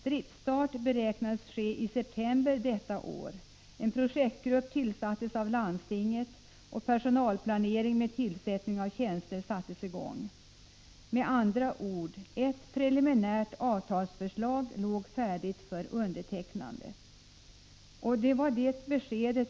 Driftsstart beräknades ske i september detta år, en projektgrupp tillsattes av landstinget, och personalplanering med tillsättning av tjänster sattes i gång. Med andra ord: Ett preliminärt avtalsförslag låg färdigt för undertecknande.